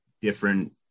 different